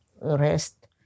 rest